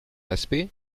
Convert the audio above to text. aspect